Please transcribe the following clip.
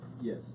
Yes